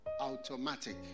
automatic